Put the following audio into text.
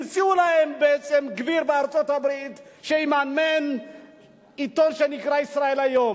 בעצם המציאו להם גביר בארצות-הברית שיממן עיתון שנקרא "ישראל היום",